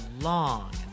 long